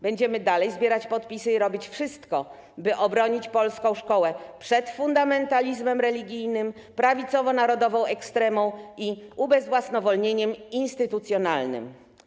Będziemy dalej zbierać podpisy i robić wszystko, by obronić polską szkołę przed fundamentalizmem religijnym, prawicowo-narodową ekstremą i ubezwłasnowolnieniem instytucjonalnym.